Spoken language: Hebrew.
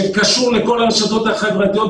שקשור לכל הרשתות החברתיות,